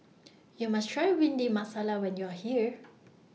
YOU must Try Windy Masala when YOU Are here